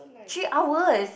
three hours